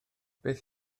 beth